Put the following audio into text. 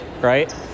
right